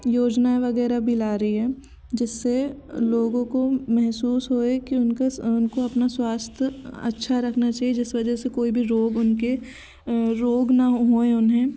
योजना वगैरह भी ला रही है जिससे लोगों को महसूस होए कि उनके को अपना स्वास्थ्य अच्छा रखना चाहिए जिस वजह से कोई भी रोग उनके रोग न होए उन्हें